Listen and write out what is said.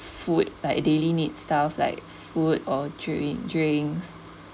food like daily needs stuffs like food or drin~ drinks